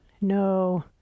no